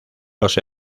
los